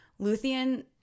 Luthien